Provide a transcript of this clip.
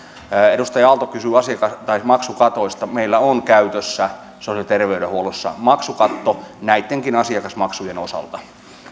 edustaja aalto kysyy maksukatoista meillä on käytössä sosiaali ja terveydenhuollossa maksukatto näittenkin asiakasmaksujen osalta pyydän